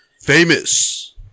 Famous